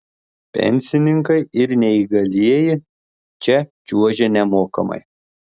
pensininkai ir neįgalieji čia čiuožia nemokamai